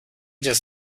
does